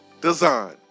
Design